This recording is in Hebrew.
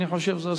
אני חושב שזו זכות,